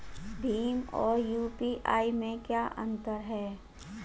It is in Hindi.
भीम और यू.पी.आई में क्या अंतर है?